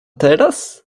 teraz